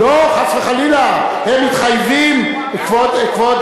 לא לקיים את ההצבעה, מה הבעיה?